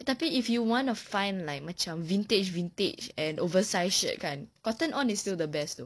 tapi if you want to find like macam vintage vintage and oversized shirt kan cotton on is still the best though